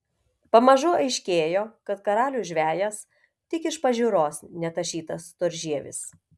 pamažu aiškėjo kad karalius žvejas tik iš pažiūros netašytas storžievis